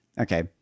Okay